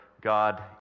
God